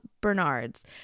Bernards